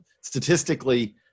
Statistically